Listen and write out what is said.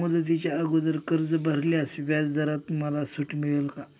मुदतीच्या अगोदर मी कर्ज भरल्यास व्याजदरात मला सूट मिळेल का?